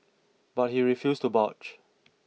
but he refused to budge